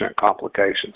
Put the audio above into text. complications